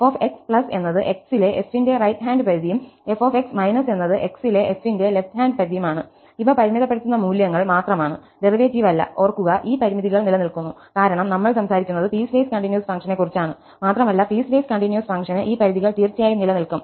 fx എന്നത് x ലെ f ന്റെ റൈറ്റ് ഹാൻഡ് പരിധിയും f എന്നത് x ലെ f ന്റെ ലെഫ്റ് ഹാൻഡ് പരിധിയുമാണ് ഇവ പരിമിതപ്പെടുത്തുന്ന മൂല്യങ്ങൾ മാത്രമാണ് ഡെറിവേറ്റീവ് അല്ല ഓർക്കുക ഈ പരിമിതികൾ നിലനിൽക്കുന്നു കാരണം നമ്മൾ സംസാരിക്കുന്നത് പീസ്വേസ് കണ്ടിന്യൂസ് ഫംഗ്ഷനെക്കുറിച്ചാണ് മാത്രമല്ല പീസ്വേസ് കണ്ടിന്യൂസ് ഫംഗ്ഷന് ഈ പരിധികൾ തീർച്ചയായും നിലനിൽക്കും